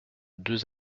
deux